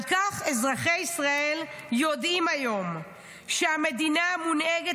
על כן אזרחי ישראל יודעים היום שהמדינה מונהגת